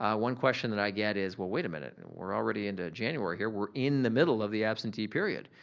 ah one question that i get is well wait a minute, we're already into january here. we're in the middle of the absentee period.